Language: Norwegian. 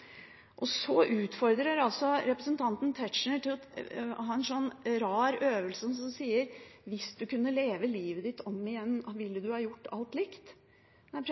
blunke. Så utfordrer altså representanten Tetzschner meg til en rar øvelse som sier at hvis du kunne leve livet ditt om igjen, ville du ha gjort alt likt? Jeg